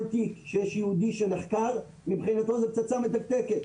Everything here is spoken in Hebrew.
כל תיק שיש יהודי שנחקר מבחינתו זה פצצה מתקתקת.